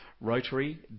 Rotary